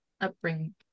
upbringing